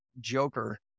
joker